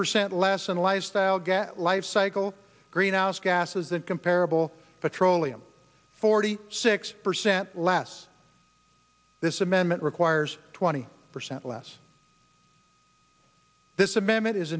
percent less in lifestyle get lifecycle greenhouse gases that comparable petroleum forty six percent less this amendment requires twenty percent less this amendment is